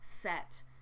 set